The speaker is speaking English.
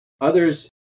others